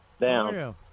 down